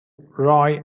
roy